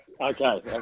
Okay